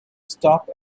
stop